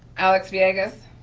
alex vegas?